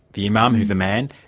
the imam who's a man.